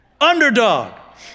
Underdog